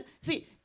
see